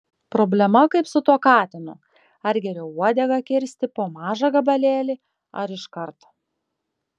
problema kaip su tuo katinu ar geriau uodegą kirsti po mažą gabalėlį ar iškart